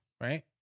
right